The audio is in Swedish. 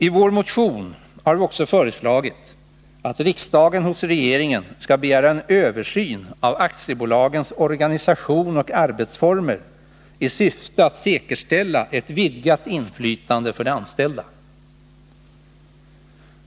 I vår motion har vi också föreslagit att riksdagen hos regeringen skall begära en översyn av aktiebolagens organisation och arbetsformer i syfte att säkerställa ett vidgat inflytande för de anställda.